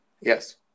Yes